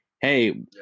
hey